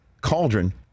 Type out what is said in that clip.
cauldron